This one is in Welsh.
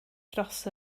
dros